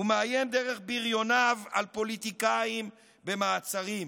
ומאיים דרך בריוניו על פוליטיקאים במעצרים.